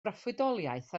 broffwydoliaeth